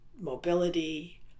mobility